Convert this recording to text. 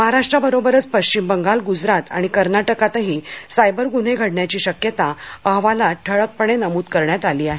महाराष्ट्राबरोबरच पश्चिम बंगाल गुजरात आणि कर्नाटकातही सायबर गुन्हे घडण्याची शक्यता अहवालात ठळकपणे नमूद करण्यात आली आहे